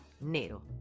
nero